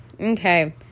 okay